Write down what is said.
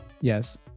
Yes